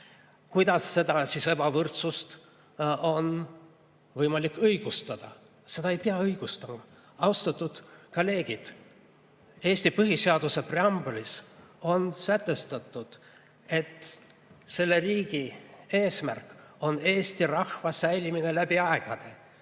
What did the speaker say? aru. Kuidas seda ebavõrdsust on võimalik õigustada? Seda ei pea õigustama. Austatud kolleegid! Eesti põhiseaduse preambulis on sätestatud, et selle riigi eesmärk on eesti rahvuse säilimine läbi aegade.